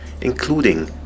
including